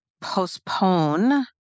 postpone